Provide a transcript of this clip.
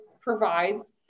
provides